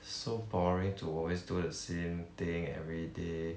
so boring to always do the same thing every day